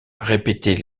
répétaient